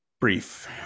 brief